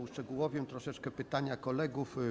Uszczegółowię troszeczkę pytania kolegów.